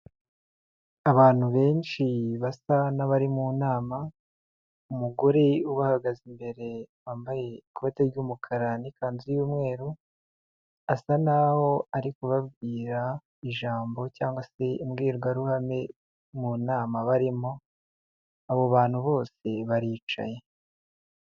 Abantu benshi basa n'abari mu nama, umugore ubahagaze imbere wambaye ikote ry'umukara n'ikanzu y'umweru, asa n'aho ari kubabwira ijambo cyangwa se imbwirwaruhame mu nama barimo, abo bantu bose baricaye.